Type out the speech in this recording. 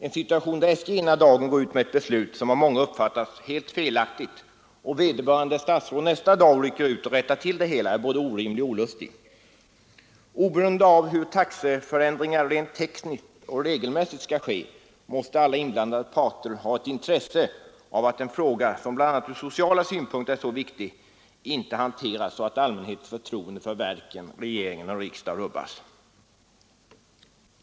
En situation där SJ ena dagen går ut med ett beslut som av många uppfattas som helt felaktigt, och där vederbörande statsråd nästa dag rycker ut och rättar till det hela, är både orimlig och olustig. Oberoende av hur taxeförändringar rent tekniskt och regelmässigt skall ske måste alla inblandade parter ha ett intresse av att en fråga av detta slag, som bl.a. från sociala synpunkter är så viktig, inte hanteras så att allmänhetens förtroende för verken, regeringen och riksdagen rubbas.